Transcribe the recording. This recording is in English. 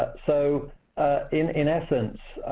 ah so in in essence,